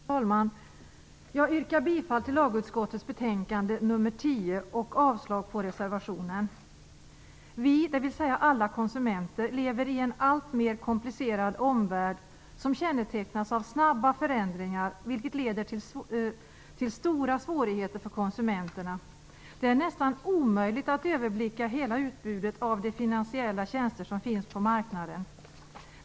Fru talman! Jag yrkar bifall till hemställan i lagutskottets betänkande nr 10 och avslag på reservationen. Vi, dvs. alla konsumenter, lever med en alltmer komplicerad omvärld som kännetecknas av snabba förändringar, vilket leder till stora svårigheter för konsumenterna. Det är nästan omöjligt att överblicka hela utbudet av de finansiella tjänster som finns på marknaden.